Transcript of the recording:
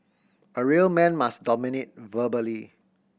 a real man must dominate verbally